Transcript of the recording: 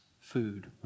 food